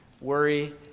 Worry